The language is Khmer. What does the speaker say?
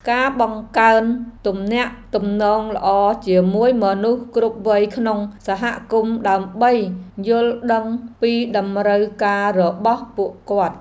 ការបង្កើនទំនាក់ទំនងល្អជាមួយមនុស្សគ្រប់វ័យក្នុងសហគមន៍ដើម្បីយល់ដឹងពីតម្រូវការរបស់ពួកគាត់។